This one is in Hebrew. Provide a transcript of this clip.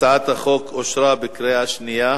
הצעת החוק אושרה בקריאה שנייה.